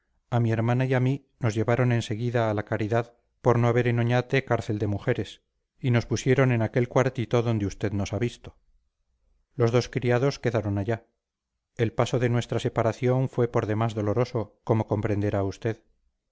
a mi hermana y a mí nos llevaron en seguida a la caridad por no haber en oñate cárcel de mujeres y nos pusieron en aquel cuartito donde usted nos ha visto los dos criados quedaron allá el paso de nuestra separación fue por demás doloroso como comprenderá usted